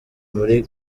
muri